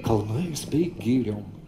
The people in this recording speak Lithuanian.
kalnais ir giriom